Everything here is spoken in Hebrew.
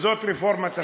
זאת רפורמת הספורט.